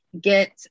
get